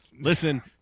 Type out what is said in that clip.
listen